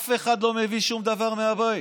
אף אחד לא מביא שום דבר מהבית.